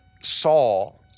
Saul